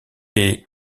est